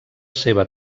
seva